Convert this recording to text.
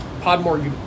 Podmore